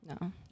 no